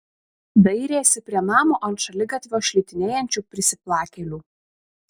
dairėsi prie namo ant šaligatvio šlitinėjančių prisiplakėlių